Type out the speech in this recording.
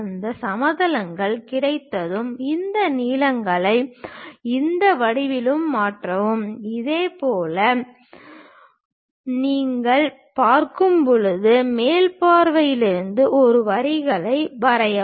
இந்த சமதளங்கள் கிடைத்ததும் இந்த நீளங்களை இந்த வடிவியலுக்கு மாற்றவும் அதேபோல் நீங்கள் பார்க்கும் போது மேல் பார்வையில் இருந்து இந்த வரிகளை வரையவும்